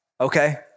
okay